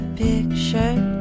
picture